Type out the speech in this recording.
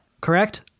correct